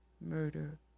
murder